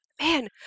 man